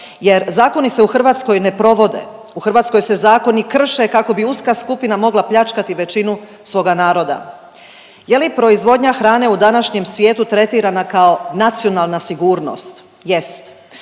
jer zakoni se u Hrvatskoj ne provode, u Hrvatskoj se zakoni krše kako bi uska skupina mogla pljačkati većinu svoga naroda. Je li proizvodnja hrane u današnjem svijetu tretirana kao nacionalna sigurnost? Jest.